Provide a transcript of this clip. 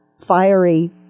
fiery